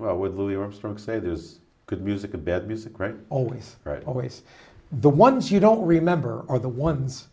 well with louis armstrong say there's good music a bit music right always right always the ones you don't remember are the ones